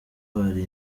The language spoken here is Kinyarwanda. hari